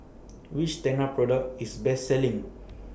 Which Tena Product IS Best Selling